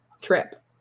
trip